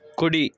కుడి